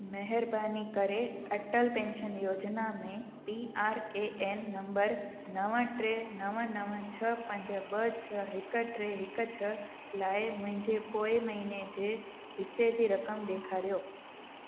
महिरबानी करे अटल पेंशन योजना में P R A N number नव टे नव नव छह पंज ॿ छ्ह हिकु टे हिकु छह लाइ मुंहिंजे पोएं महीने जे हिसे जी रक़म ॾेखारियो